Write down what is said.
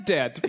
Dead